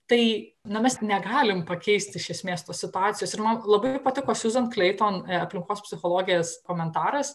tai na mes negalim pakeisti iš esmės tos situacijos ir man labai patiko siuzan kleiton aplinkos psichologės komentaras